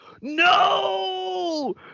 No